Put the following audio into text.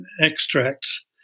extracts